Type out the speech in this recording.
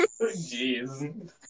Jeez